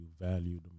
value